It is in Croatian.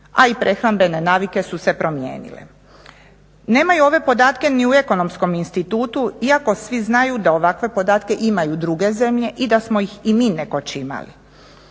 a i prehrambene navike su se promijenile. Nemaju ove podatke ni u ekonomskom institutu iako svi znaju da ovakve podatke imaju druge zemlje i da smo ih i mi nekoć imali.